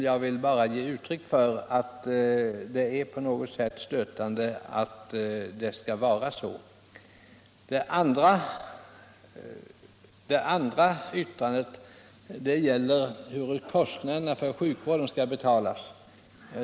Jag vill bara ge uttryck för att den här ordningen är stötande. Det andra yttrandet handlar om hur kostnaderna för sjukvården skall betalas.